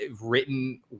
written